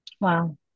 wow